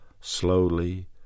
Slowly